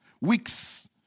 weeks